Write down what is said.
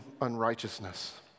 unrighteousness